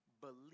Believe